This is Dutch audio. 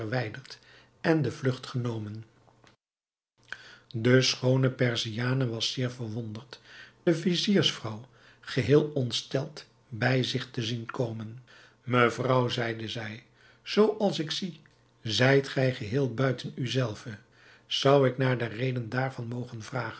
en de vlucht genomen de schoone perziane was zeer verwonderd de viziersvrouw geheel ontsteld bij zich te zien komen mevrouw zeide zij zoo als ik zie zijt gij geheel buiten u zelve zou ik naar de reden daarvan mogen vragen